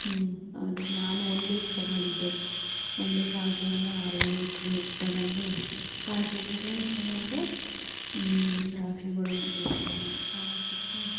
ಹ್ಞೂ ಅದಕ್ಕೆ ನಾನು ಒಂದು ಲೀಟ್ರ್ ತೊಗೊಂಡಿದ್ದೆ ಒಂದು ಲೀಟ್ರ್ ಹಾಲು ತೊಗೊಂಡು ಅರ್ಧ ಲೀಟ್ರ್ ತೊಗೊಂಡು ಕಾಲು ಕೇಜಿ ಶೇವಿಯ ತೊಗೊಂಡು ದ್ರಾಕ್ಷಿ ಗೋಡಂಬಿ ಸ್ವಲ್ಪ ತೊಗೊಂಡು ಹಾಕಿದ್ದೆ